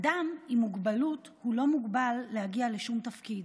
אדם עם מוגבלות לא מוגבל להגיע לשום תפקיד,